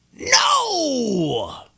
No